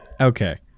okay